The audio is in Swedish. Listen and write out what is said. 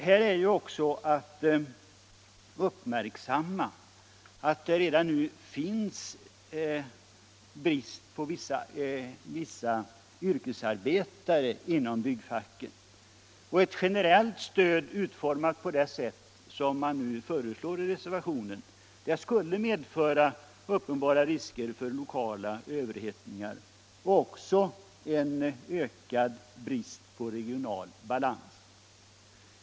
Här är ju också att uppmärksamma att det redan nu råder brist på vissa yrkesarbetare inom byggfacket, och ett generellt stöd utformat på det sätt som föreslås i reservationen skulle som sagt medföra uppenbara risker för lokala överhettningar och även en ökad brist på regional balans.